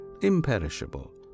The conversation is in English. imperishable